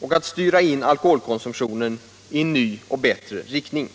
och att styra in alkoholkonsumtionen i en ny och bättre riktning.